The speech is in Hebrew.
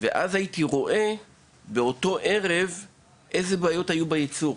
של המפעל ושם הייתי רואה אילו בעיות היו בייצור.